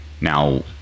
Now